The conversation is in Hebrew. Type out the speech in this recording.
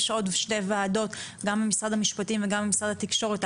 יש עוד שתי ועדות גם במשרד המשפטים וגם במשרד התקשורת,